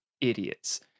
idiots